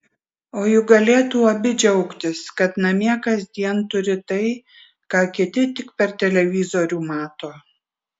o juk galėtų abi džiaugtis kad namie kasdien turi tai ką kiti tik per televizorių mato